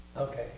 Okay